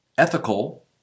Ethical